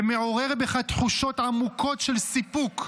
זה מעורר בך תחושות העמוקות של סיפוק,